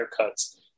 haircuts